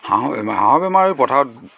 হাঁহৰ বেমাৰ হাঁহৰ বেমাৰ এই পথাৰত